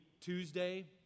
Tuesday